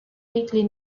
weekly